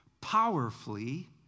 powerfully